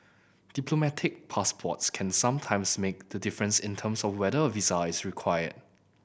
diplomatic passports can sometimes make the difference in terms of whether a visa is required